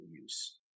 use